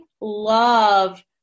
love